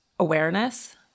awareness